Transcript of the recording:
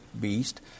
beast